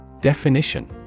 Definition